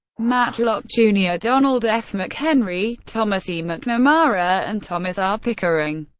matlock jr, donald f. mchenry, thomas e. mcnamara, and thomas r. pickering.